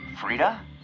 Frida